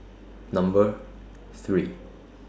Number three